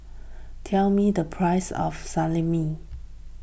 tell me the price of Salami